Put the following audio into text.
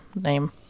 name